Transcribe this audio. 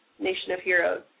nationofheroes